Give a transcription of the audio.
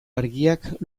argiak